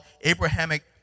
Abrahamic